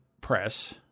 press